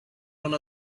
one